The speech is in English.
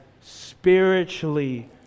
spiritually